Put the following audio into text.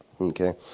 Okay